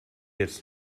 jetzt